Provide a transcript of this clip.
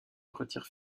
retire